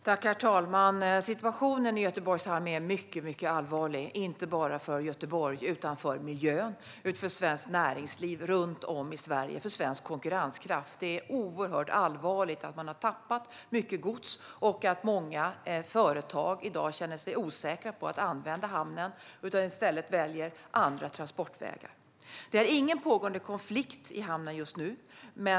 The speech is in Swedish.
Herr talman! Situationen i Göteborgs hamn är mycket allvarlig, inte bara för Göteborg utan för miljön, för svenskt näringsliv runt om i Sverige och för svensk konkurrenskraft. Det är oerhört allvarligt att man har tappat mycket gods och att många företag i dag känner sig osäkra inför att använda hamnen och i stället väljer andra transportvägar. Just nu pågår ingen konflikt i hamnen. Just nu fungerar verksamheten.